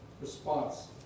response